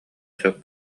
сөп